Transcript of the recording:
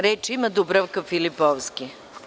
Reč ima Dubravka Filipovski.